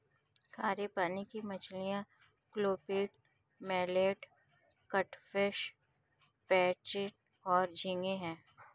खारे पानी की मछलियाँ क्लूपीड, मुलेट, कैटफ़िश, पर्च और झींगे हैं